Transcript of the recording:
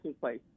place